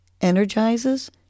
energizes